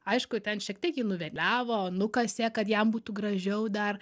aišku ten šiek tiek jį nuveliavo nukasė kad jam būtų gražiau dar